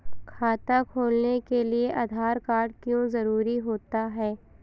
खाता खोलने के लिए आधार कार्ड क्यो जरूरी होता है?